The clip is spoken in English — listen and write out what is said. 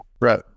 Right